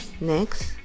Next